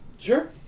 Sure